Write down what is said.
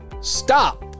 Stop